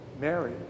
Mary